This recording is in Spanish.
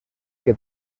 que